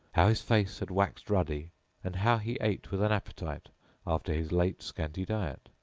how his face had waxed ruddy and how he ate with an appetite after his late scanty diet.